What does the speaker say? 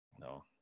No